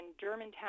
Germantown